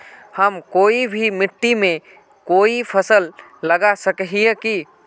हम कोई भी मिट्टी में कोई फसल लगा सके हिये की?